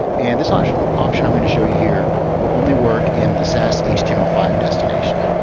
and this option option i'm going to show you here will only work in the sas h t m l five destination.